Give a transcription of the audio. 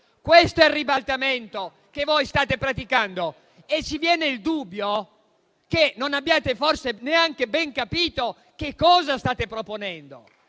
Questo è il ribaltamento che state praticando e ci viene il dubbio che forse non abbiate neanche ben capito cosa state proponendo: